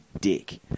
dick